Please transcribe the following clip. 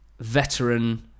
veteran